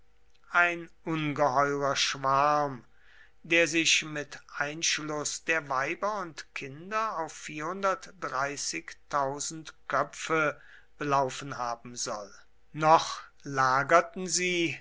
ein ungeheurer schwarm der sich mit einschluß der weiber und kinder auf köpfe belaufen haben soll noch lagerten sie